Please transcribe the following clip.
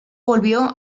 volvió